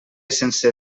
sense